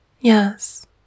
Yes